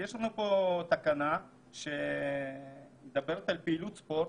יש לנו פה תקנה שמדברת על פעילות ספורט.